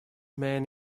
man